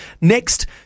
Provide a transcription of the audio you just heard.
Next